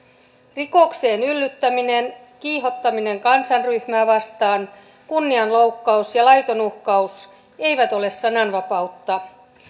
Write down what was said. rikokseen yllyttäminen kiihottaminen kansanryhmää vastaan kunnianloukkaus ja laiton uhkaus eivät ole sananvapautta